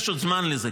יש עוד זמן לזה,